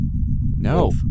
No